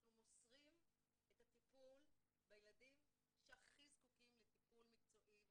מוסרים את הטיפול בילדים שהכי זקוקים לטיפול מקצועי וכו'